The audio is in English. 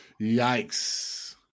Yikes